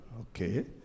Okay